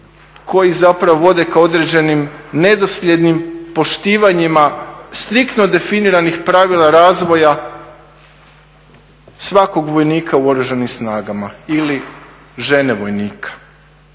koji zapravo vode ka određenim nedosljednim poštivanjima striktno definiranih pravila razvoja svakog vojnika u oružanim snagama ili žena vojnika.